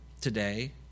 today